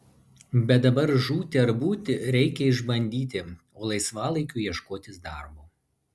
bet dabar žūti ar būti reikia išbandyti o laisvalaikiu ieškotis darbo